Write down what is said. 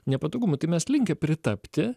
nepatogumų tai mes linkę pritapti